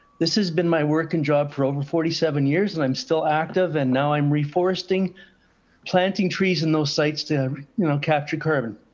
this has been my work and job for over forty seven years and i'm still active. and now i'm reforesting planting trees in those sites to um you know capture carbon.